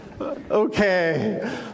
Okay